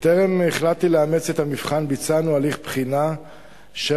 בטרם החלטתי לאמץ את המבחן ביצענו הליך בחינה של